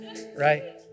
Right